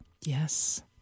Yes